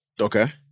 Okay